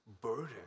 burden